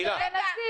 תנסי